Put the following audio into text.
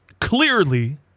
Clearly